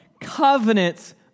covenants